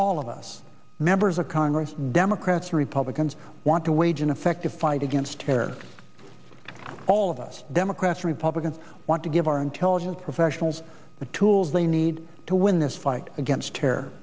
all of us members of congress democrats and republicans want to wage an effective fight against terror all of us democrats republicans want to give our intelligence professionals the tools they need to win this fight against terror